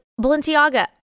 Balenciaga